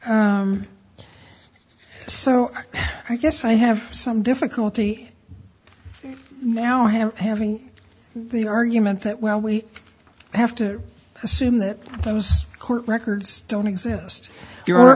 so i guess i have some difficulty now him having the argument that well we have to assume that those court records don't exist